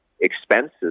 expenses